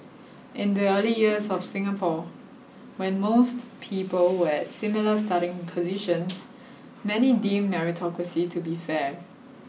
in the early years of Singapore when most people were at similar starting positions many deemed meritocracy to be fair